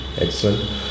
Excellent